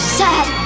sad